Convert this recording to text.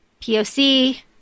POC